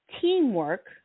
teamwork